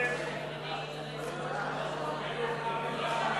את הצעת חוק להשתתפותם של העובדים,